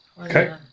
Okay